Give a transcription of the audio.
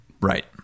Right